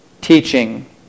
teaching